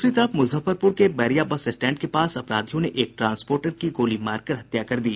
दूसरी तरफ मुजफ्फरपुर के बैरिया बस स्टैंड के पास अपराधियों ने एक ट्रांसपोर्टर की गोली मार कर हत्या कर दी